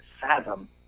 fathom